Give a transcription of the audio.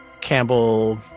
Campbell